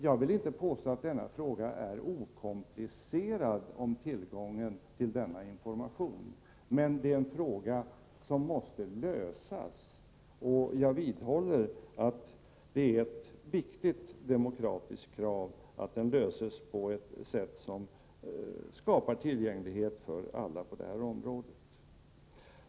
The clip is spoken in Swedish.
Jag vill inte påstå att frågan om tillgången till denna information är okomplicerad. Men det är en fråga som måste lösas. Jag vidhåller att det är ett viktigt demokratiskt krav att frågan löses på ett sätt som skapar tillgänglighet för alla på det här området.